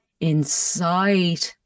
inside